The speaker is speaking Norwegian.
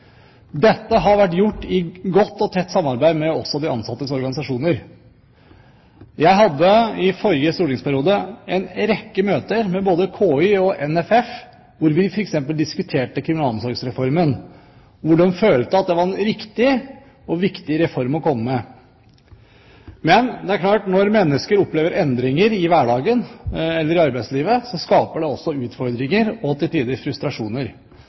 Dette har vært gjort i godt og tett samarbeid også med de ansattes organisasjoner. Jeg hadde, i forrige stortingsperiode, en rekke møter med både KY og NFF, hvor vi f.eks. diskuterte kriminalomsorgsreformen. De følte at det var en riktig og viktig reform å komme med. Men det er klart at når mennesker opplever endringer i hverdagen eller i arbeidslivet, skaper det også utfordringer, og til tider frustrasjoner.